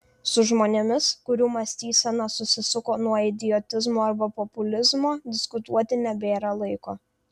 su žmonėmis kurių mąstysena susisuko nuo idiotizmo arba populizmo diskutuoti nebėra laiko